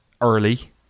early